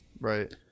Right